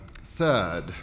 third